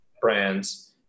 brands